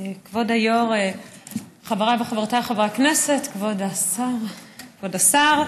חברת הכנסת רחל עזריה.